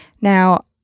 Now